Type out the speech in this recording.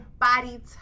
body